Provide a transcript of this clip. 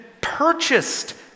purchased